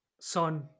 son